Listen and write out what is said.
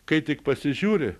kai tik pasižiūri